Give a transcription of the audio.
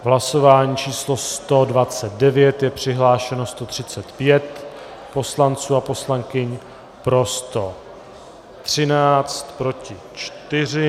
V hlasování číslo 129 je přihlášeno 135 poslanců a poslankyň, pro 113, proti 4.